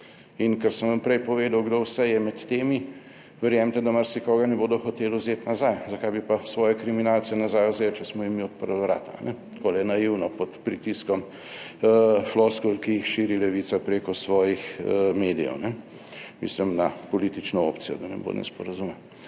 In ker sem vam prej povedal kdo vse je med temi, verjemite, da marsikoga ne bodo hoteli vzeti nazaj. Zakaj bi pa svoje kriminalce nazaj vzeli, če smo jim mi odprli vrata, takole naivno, pod pritiskom floskul, ki jih širi Levica preko svojih medijev. Mislim na politično opcijo, da ne bo nesporazuma,